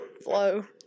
flow